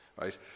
right